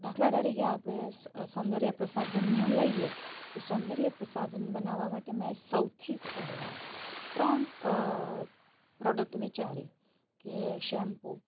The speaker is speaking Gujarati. દાખલા તરીકે આપણે સૌંદર્ય પ્રસાધનો લઈએ સૌંદર્ય પ્રસાધન બનાવા માટે મેં સૌથી પહેલા ત્રણ પ્રોડક્ટ વિચારી કે શેમ્પૂ